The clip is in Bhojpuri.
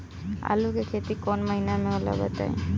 आलू के खेती कौन महीना में होला बताई?